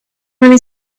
many